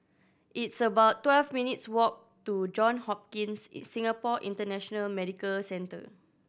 it's about twelve minutes' walk to John Hopkins Singapore International Medical Centre